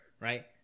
Right